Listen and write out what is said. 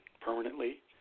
permanently